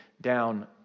down